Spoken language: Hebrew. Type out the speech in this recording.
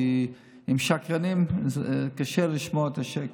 כי עם שקרנים זה קשה לשמוע את השקר.